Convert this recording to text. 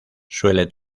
suele